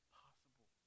possible